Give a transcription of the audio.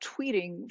tweeting